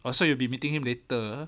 !wah! so you'll be meeting him later ah